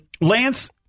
Lance